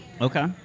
Okay